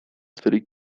cztery